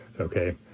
okay